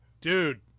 dude